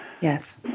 Yes